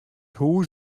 hûs